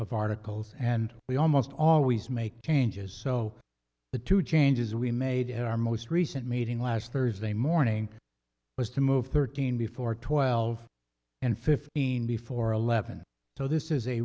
of articles and we almost always make changes so the two changes we made at our most recent meeting last thursday morning was to move thirteen before twelve and fifteen before eleven so this is a